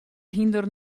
hynder